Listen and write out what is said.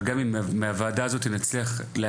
אבל גם בגלל שאם מהוועדה הזו אנחנו נצליח להציל,